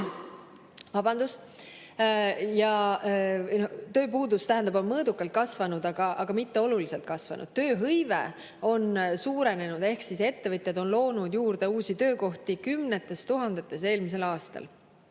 tähendab, on mõõdukalt kasvanud, aga mitte oluliselt kasvanud. Tööhõive on suurenenud ehk ettevõtjad on loonud juurde uusi töökohti kümnetes tuhandetes eelmisel aastal.